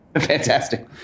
Fantastic